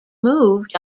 moved